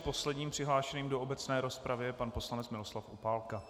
Posledním přihlášeným do obecné rozpravy je pan poslanec Miroslav Opálka.